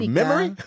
memory